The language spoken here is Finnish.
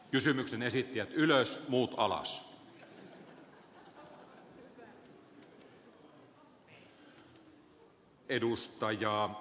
kysymyksen esitti ylös muuta alaa arvoisa puhemies